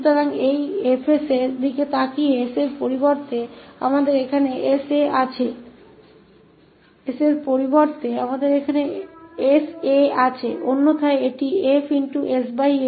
तो यह 𝐹 𝑠 को देख अब 𝑠 के बजाय हमारे पास sa यहाँहैअन्यथा 𝐹 𝑠 𝑎 है